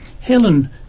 Helen